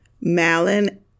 Malin